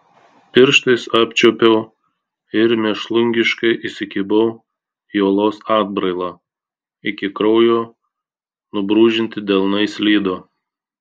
pirštais apčiuopiau ir mėšlungiškai įsikibau į uolos atbrailą iki kraujo nubrūžinti delnai slydo